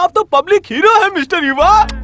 ah public hero, mr. yuva.